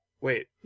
Wait